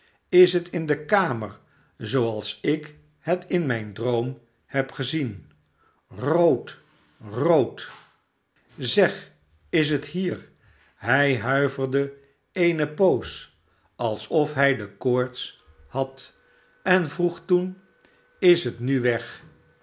is het in de kamer zooals ik het in mijn droom heb gezien rood rood zeg is het hier hij huiverde eene poos alsof hij de koorts had en vroeg toen is het nu weg